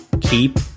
keep